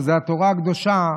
שזה התורה הקדושה,